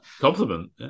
Compliment